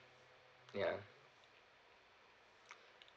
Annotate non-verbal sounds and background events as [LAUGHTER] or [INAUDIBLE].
ya [NOISE]